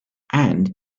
and